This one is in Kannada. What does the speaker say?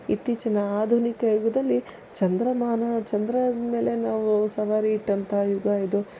ಇತ್ತೀಚಿನ ಆಧುನಿಕ ಯುಗದಲ್ಲಿ ಚಂದ್ರಮಾನ ಚಂದ್ರನಮೇಲೆ ನಾವು ಸವಾರಿ ಇಟ್ಟಂಥ ಯುಗ ಇದು